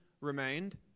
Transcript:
remained